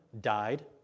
died